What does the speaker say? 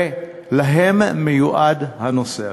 ולהם מיועד הנושא הזה.